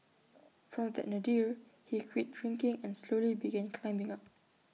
from that Nadir he quit drinking and slowly began climbing up